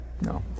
No